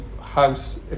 house